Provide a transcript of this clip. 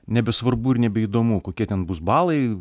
nebesvarbu ir nebeįdomu kokie ten bus balai